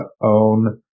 own